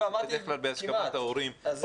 זה בדרך כלל בהסכמת ההורים.